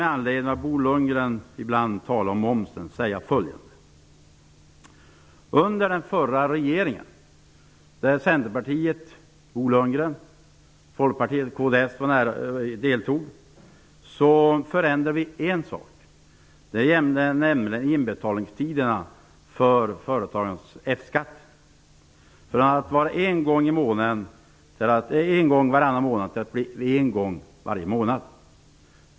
Med anledning av att Bo Lundgren ibland talar om momsen vill jag säga följande. Under den förra regeringen där Centerpartiet, Bo Lundgrens parti, Folkpartiet och kds deltog, förändrade vi en sak. Det gällde inbetalningstiderna för företagarens F-skatt från en gång i varannan månad till en gång varje månad.